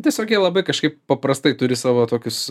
tiesiog jie labai kažkaip paprastai turi savo tokius